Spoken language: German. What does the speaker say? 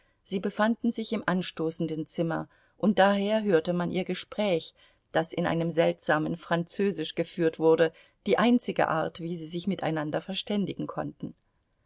sie befanden sich im anstoßenden zimmer und daher hörte man ihr gespräch das in einem seltsamen französisch geführt wurde die einzige art wie sie sich miteinander verständigen konnten